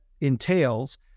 entails